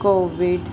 COVID